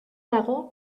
dago